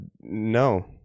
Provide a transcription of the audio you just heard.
no